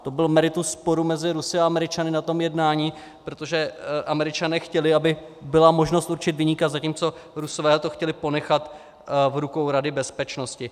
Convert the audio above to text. To bylo meritum sporu mezi Rusy a Američany na tom jednání, protože Američané chtěli, aby byla možnost určit viníka, zatímco Rusové to chtěli ponechat v rukou Rady bezpečnosti.